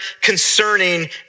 concerning